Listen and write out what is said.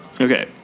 Okay